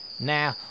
Now